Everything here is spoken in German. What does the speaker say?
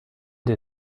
der